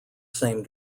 same